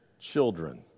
children